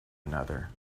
another